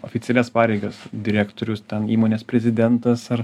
oficialias pareigas direktorius ten įmonės prezidentas ar